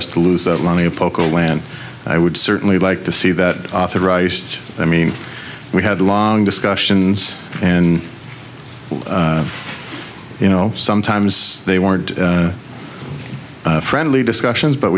us to lose that money a poco when i would certainly like to see that authorized i mean we had long discussions and you know sometimes they weren't friendly discussions but